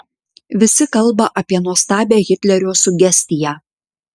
visi kalba apie nuostabią hitlerio sugestiją